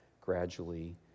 gradually